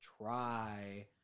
try